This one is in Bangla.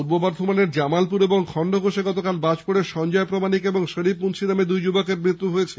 পূর্ব বর্ধমানের জামালপুর ও খন্ডঘোষে বাজ পড়ে সঞ্জয় প্রামারিক ও শরিফ মুন্সী নামে দুই যুবকের মৃত্যু হয়েছে